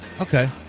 Okay